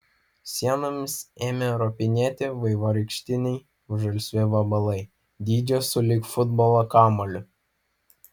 sienomis ėmė ropinėti vaivorykštiniai žalsvi vabalai dydžio sulig futbolo kamuoliu